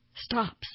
stops